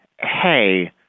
hey